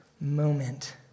moment